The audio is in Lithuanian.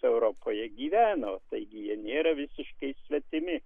europoje gyveno taigi jie nėra visiškai svetimi